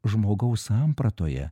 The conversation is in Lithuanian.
žmogaus sampratoje